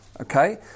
Okay